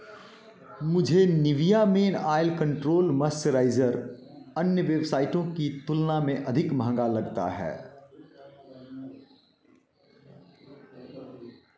मुझे Nivea men oil control moisturiser अन्य वेबसाइटों की तुलना में अधिक महँगा लगता है